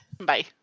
Bye